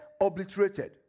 obliterated